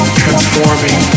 transforming